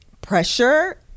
pressure